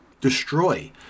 destroy